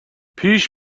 پیش